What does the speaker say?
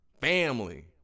family